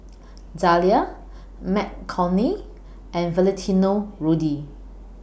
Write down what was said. Zalia McCormick and Valentino Rudy